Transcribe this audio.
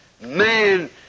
man